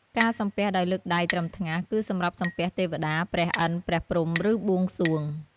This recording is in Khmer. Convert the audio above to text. ការសំពះដោយលើកដៃត្រឹមថ្ងាស គឺសម្រាប់សំពះទេវតា ព្រះឥន្ទ ព្រះព្រហ្ម ឬបួងសួង។